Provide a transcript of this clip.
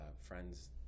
friends